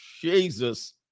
Jesus